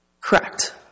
Correct